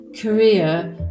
Korea